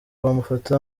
bamufata